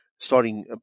starting